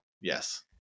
yes